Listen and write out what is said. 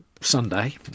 Sunday